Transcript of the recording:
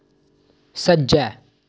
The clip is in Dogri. सज्जै